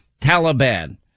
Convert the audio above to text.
Taliban